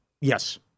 Yes